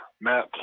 Matt